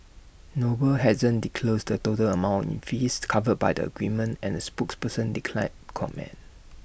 noble hasn't disclosed the total amount in fees covered by the agreement and A spokesperson declined to comment